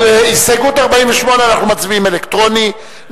על הסתייגות 48 אנחנו מצביעים אלקטרוני.